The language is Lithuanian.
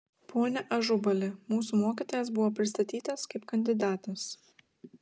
pone ažubali mūsų mokytojas buvo pristatytas kaip kandidatas